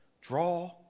draw